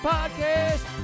Podcast